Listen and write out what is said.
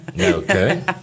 Okay